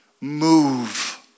move